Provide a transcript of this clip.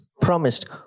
promised